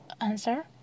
Answer